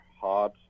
hard